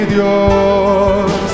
Dios